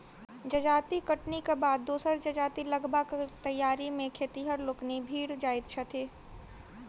जजाति कटनीक बाद दोसर जजाति लगयबाक तैयारी मे खेतिहर लोकनि भिड़ जाइत छथि